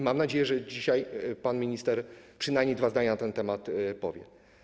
Mam nadzieję, że dzisiaj pan minister przynajmniej dwa zdania na ten temat powie.